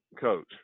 coach